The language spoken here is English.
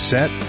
Set